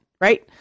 Right